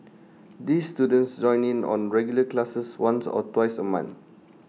these students join in on regular classes once or twice A month